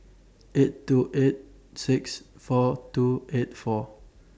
eight two eight six four two eight four